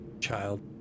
Child